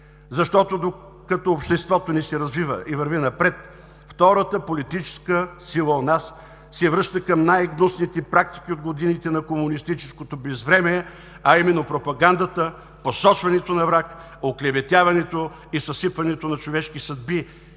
защото докато обществото ни се развива и върви напред, втората политическа сила у нас се връща към най-гнусните практики от годините на комунистическото безвремие, а именно пропагандата, посочването на враг, оклеветяването и съсипването на човешки съдби